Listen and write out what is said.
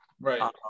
right